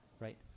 right